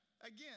again